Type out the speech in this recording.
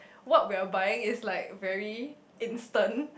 what we are buying is like very instant